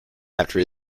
after